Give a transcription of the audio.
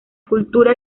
cultura